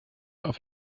auf